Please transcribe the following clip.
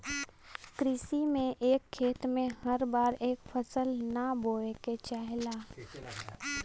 कृषि में एक खेत में हर बार एक फसल ना बोये के चाहेला